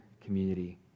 community